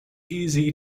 easy